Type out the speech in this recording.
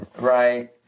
Right